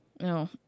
No